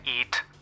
eat